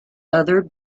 other